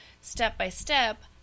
step-by-step